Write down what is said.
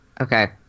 okay